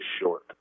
short